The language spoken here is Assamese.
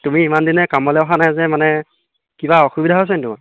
তুমি ইমান দিনে কামলৈ অহা নাই যে মানে কিবা অসুবিধা হৈছে নেকি তোমাৰ